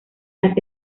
las